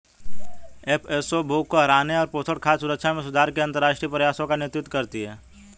FAO भूख को हराने, पोषण, खाद्य सुरक्षा में सुधार के अंतरराष्ट्रीय प्रयासों का नेतृत्व करती है